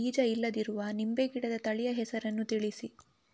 ಬೀಜ ಇಲ್ಲದಿರುವ ನಿಂಬೆ ಗಿಡದ ತಳಿಯ ಹೆಸರನ್ನು ತಿಳಿಸಿ?